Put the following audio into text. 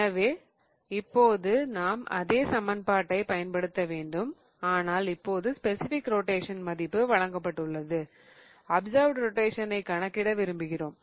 எனவே இப்போது நாம் அதே சமன்பாட்டைப் பயன்படுத்த வேண்டும் ஆனால் இப்போது ஸ்பெசிபிக் ரொட்டேஷன் மதிப்பு வழங்கப்பட்டுள்ளது அப்சர்வ்ட் ரொட்டேஷனைக் கணக்கிட விரும்புகிறோம்